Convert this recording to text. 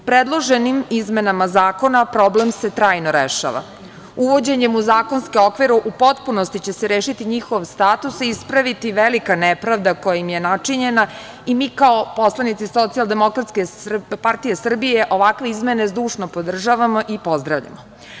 Predloženim izmenama zakona problem se trajno rešava uvođenjem u zakonske okvire u potpunosti će se rešiti njihov status i ispraviti velika nepravda kojim je načinjena i mi kao poslanici SDPS ovakve izmene zdušno podržavamo i pozdravljamo.